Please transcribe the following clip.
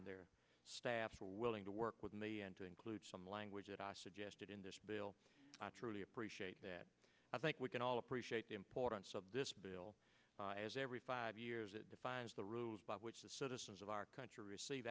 and their staff are willing to work with me and to include some language that i suggested in this bill i truly appreciate that i think we can all appreciate the importance of this bill as every five years it defines the rules by which the citizens of our country receive